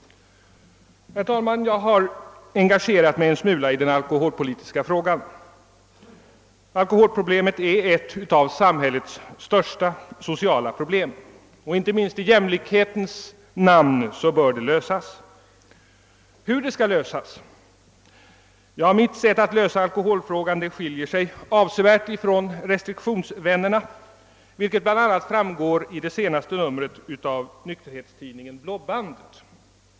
Herr talman! Jag har engagerat mig en smula i den alkoholpolitiska frågan. Alkoholproblemet är ett av samhällets största sociala problem, och inte minst i jämlikhetens namn bör det lösas. Hur skall då problemet lösas? Ja, mitt sätt att lösa alkoholfrågan skiljer sig avsevärt från = restriktionsvännernas, vilket bl.a. framgår av det senaste numret av nykterhetstidningen Blå Bandet.